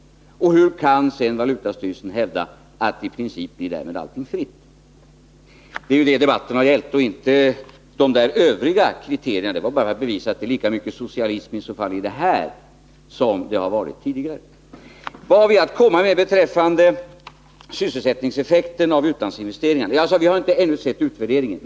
Och hur kan i så fall valutastyrelsen hävda att alla utlandsinvesteringar därmed i princip blir fria? Det är detta debatten har gällt och inte de övriga kriterierna. Dem har jag talat om bara för att visa att det i så fall är lika mycket socialism i det här som vi har haft tidigare. Vad har vi för exempel att komma med när det gäller att visa på sysselsättningseffekten av utlandsinvesteringarna, frågade Rolf Wirtén. Ja, som jag sade har vi ännu inte sett utvärderingen.